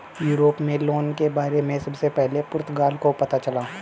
Europe में loan के बारे में सबसे पहले पुर्तगाल को पता चला